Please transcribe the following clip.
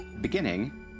beginning